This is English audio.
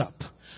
up